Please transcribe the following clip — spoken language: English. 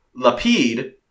Lapid